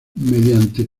mediante